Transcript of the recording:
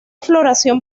floración